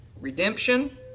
redemption